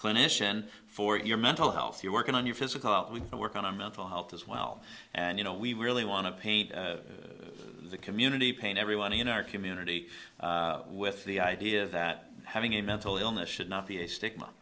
clinician for your mental health you're working on your physical work on a mental health as well and you know we really want to paint the community pain everyone in our community with the idea that having a mental illness should not be a stigma